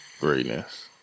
greatness